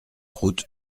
route